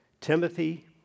Timothy